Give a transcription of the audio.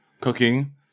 cooking